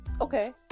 Okay